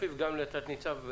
אפי וגם לתת ניצב,